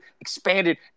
expanded